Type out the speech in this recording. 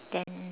then